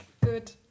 good